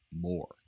more